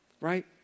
right